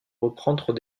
reprendre